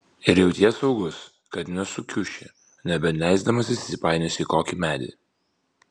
ir jauties saugus kad nesukiuši nebent leisdamasis įsipainiosi į kokį medį